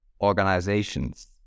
organizations